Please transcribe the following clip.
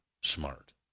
smart